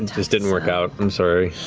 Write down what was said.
and it just didn't work out. i'm sorry.